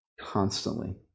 Constantly